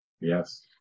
Yes